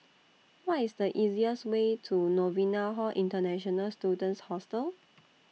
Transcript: Why IS The easiest Way to Novena Hall International Students Hostel